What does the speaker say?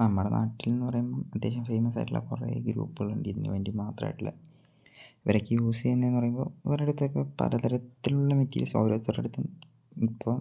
നമ്മുടെ നാട്ടിൽ എന്നു പറയുമ്പം അത്യാവശ്യം ഫേമസ് ആയിട്ടുള്ള കുറേ ഗ്രൂപ്പുകൾ ഉണ്ട് ഇതിന് വേണ്ടി മാത്രമായിട്ടുള്ളത് ഇവരൊക്കെ യൂസ് ചെയ്യുന്നതെന്ന് പറയുമ്പോൾ ഇവർടെ അടുത്തൊക്കെ പലതരത്തിലുള്ള മെറ്റീരിയൽസ് ഓരോരുത്തരുടെ അടുത്തും ഇപ്പം